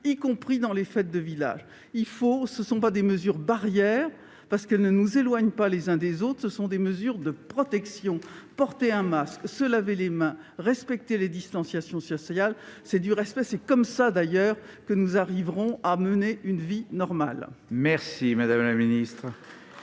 y compris dans les fêtes de village. Ce sont non pas des mesures barrières, parce qu'elles ne nous éloignent pas les uns des autres, mais des mesures de protection. Porter un masque, se laver les mains, respecter les distanciations sociales, c'est du respect ! C'est comme cela que nous arriverons à retrouver une vie normale. Très bien ! La parole